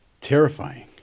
terrifying